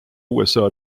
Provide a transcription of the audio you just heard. usa